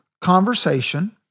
conversation